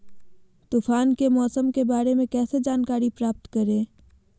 तूफान के मौसम के बारे में कैसे जानकारी प्राप्त करें?